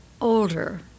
older